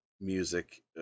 music